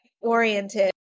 oriented